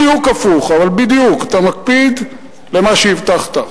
בדיוק הפוך, אבל בדיוק, אתה מקפיד, למה שהבטחת.